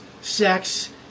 sex